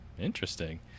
Interesting